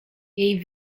jej